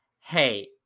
hey